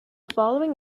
following